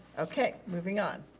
okay, moving on.